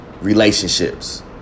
relationships